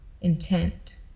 intent